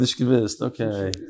Okay